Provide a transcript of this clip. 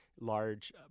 large